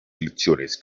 elecciones